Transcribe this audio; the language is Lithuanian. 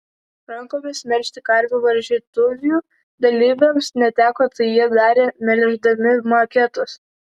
rankomis melžti karvių varžytuvių dalyviams neteko tai jie darė melždami maketus